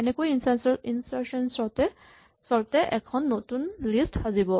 এনেকৈয়ে ইনচাৰ্চন চৰ্ট এ এখন নতুন লিষ্ট সাজিব